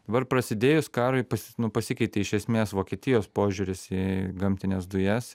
dabar prasidėjus karui pas nu pasikeitė iš esmės vokietijos požiūris į gamtines dujas